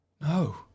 No